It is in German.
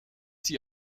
sie